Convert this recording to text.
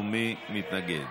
מי מתנגד?